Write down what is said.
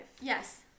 Yes